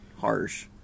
harsh